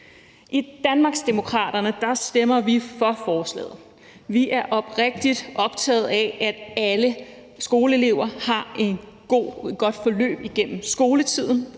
I Danmarksdemokraterne stemmer vi for forslaget. Vi er oprigtig optaget af, at alle skoleelever har et godt forløb igennem skoletiden,